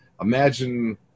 Imagine